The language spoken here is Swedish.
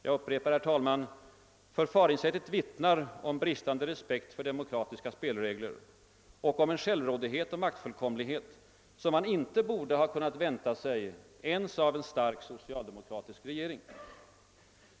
Jag upprepar, herr talman, att förfaringssättet vittnar om bristande respekt för demokratiska spelregler och om en självrådighet och maktfullkomlighet, som man inte borde ha kunnat vänta sig ens av en stark socialdemokratisk regering.